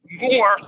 more